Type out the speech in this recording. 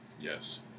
Yes